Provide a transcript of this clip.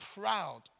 proud